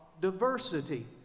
diversity